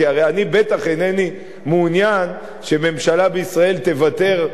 כי הרי אני בטח אינני מעוניין שממשלה בישראל תוותר,